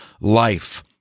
Life